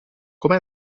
come